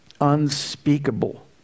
Unspeakable